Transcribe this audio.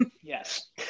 Yes